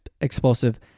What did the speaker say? explosive